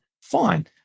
fine